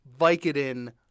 Vicodin